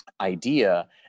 idea